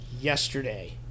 yesterday